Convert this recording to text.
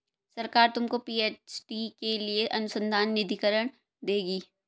सरकार तुमको पी.एच.डी के लिए अनुसंधान निधिकरण देगी